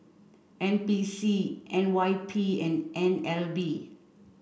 N P C N Y P and N L B